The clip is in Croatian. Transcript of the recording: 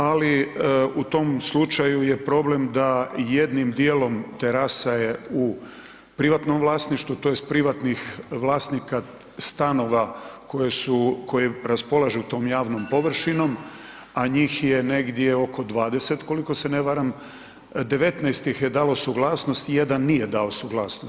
Ali u tom slučaju je problem da jednim dijelom terasa je u privatnom vlasništvu, tj. privatnih vlasnika stanova koje raspolažu tom javnom površinom, a njih je negdje oko 20 koliko se ne varam, 19 ih je dalo suglasnost, 1 nije dao suglasnost.